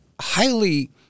highly